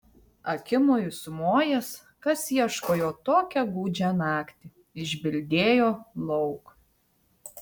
akimoju sumojęs kas ieško jo tokią gūdžią naktį išbildėjo lauk